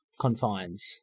confines